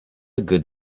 good